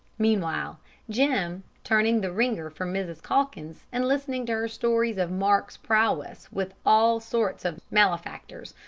meanwhile jim, turning the wringer for mrs. calkins, and listening to her stories of mark's prowess with all sorts of malefactors,